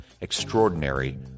extraordinary